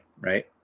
right